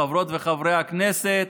חברות וחברי הכנסת,